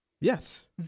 Yes